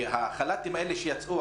כי החל"תים האלה שיצאו,